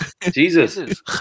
Jesus